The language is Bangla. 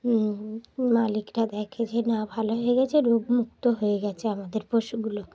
মালিকরা দেখে যে না ভালো হয়ে গেছে রোগমুক্ত হয়ে গেছে আমাদের পশুগুলো